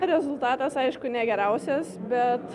rezultatas aišku ne geriausias bet